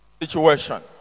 situation